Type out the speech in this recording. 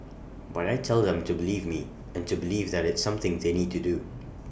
but I tell them to believe me and to believe that it's something they need to do